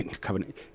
Covenant